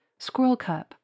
squirrelcup